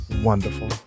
Wonderful